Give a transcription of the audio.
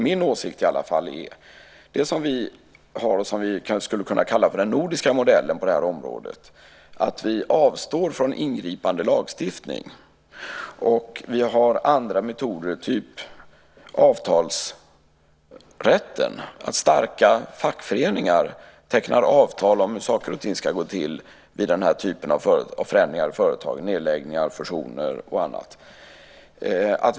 Min åsikt är i alla fall att det som vi kanske skulle kunna kalla den nordiska modellen på det här området är att avstå från ingripande lagstiftning. Vi har i stället andra metoder, av typen avtalsrätten, där starka fackföreningar tecknar avtal om hur saker och ting ska gå till vid sådana här förändringar i företagen, det vill säga nedläggningar, fusioner och dylikt.